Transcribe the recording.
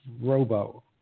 robo